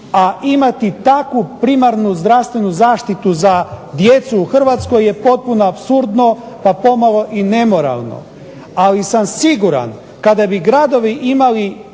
a imati takvu primarnu zdravstvenu zaštitu za djecu u Hrvatskoj je potpuno apsurdno, pa pomalo i nemoralno. Ali sam siguran kada bi gradovi veliki